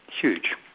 huge